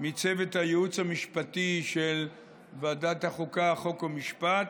מצוות הייעוץ המשפטי של ועדת החוקה, חוק ומשפט,